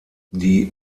die